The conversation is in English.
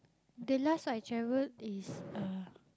the last I travelled is uh